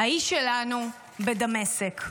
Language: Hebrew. האיש שלנו בדמשק.